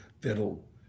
that'll